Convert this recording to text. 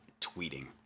tweeting